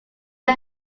are